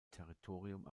territorium